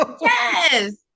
yes